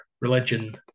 religion